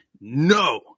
No